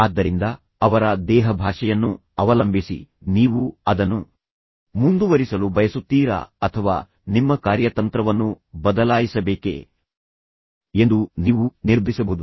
ಆದ್ದರಿಂದ ಅವರ ದೇಹಭಾಷೆಯನ್ನು ಅವಲಂಬಿಸಿ ನೀವು ಅದನ್ನು ಮುಂದುವರಿಸಲು ಬಯಸುತ್ತೀರಾ ಅಥವಾ ನಿಮ್ಮ ಕಾರ್ಯತಂತ್ರವನ್ನು ಬದಲಾಯಿಸಬೇಕೇ ಎಂದು ನೀವು ನಿರ್ಧರಿಸಬಹುದು